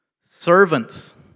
Servants